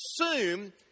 assume